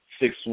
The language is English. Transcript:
six